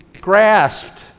grasped